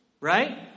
right